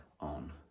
on